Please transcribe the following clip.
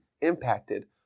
impacted